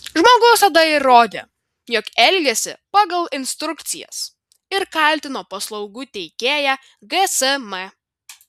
žmogus tada įrodė jog elgėsi pagal instrukcijas ir kaltino paslaugų teikėją gsm